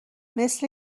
مثل